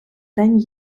день